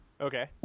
Okay